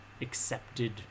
accepted